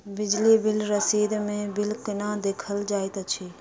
बिजली बिल रसीद मे बिल केना देखल जाइत अछि?